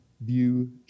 view